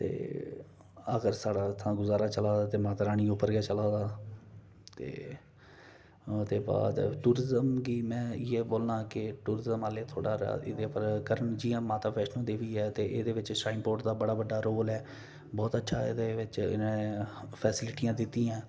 ते अगर साढ़े इत्थै गुजारा चला दा ते माता रानी उप्पर गै चला दा ते ओह्दे बाद टूरीजम गी में इ'यै बोलना के टूरीजम आह्ले थोह्ड़ा एह्दे उप्पर करन जि'यां माता बैष्णो देबी ऐ ते एह्दे बिच श्राइन बोर्ड दा बड़ा बड्डा रोल ऐ बहुत अच्छा एहदे बिच इनें फेसीलिटियां दित्ती दियां न